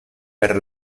per